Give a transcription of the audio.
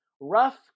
rough